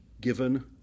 given